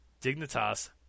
Dignitas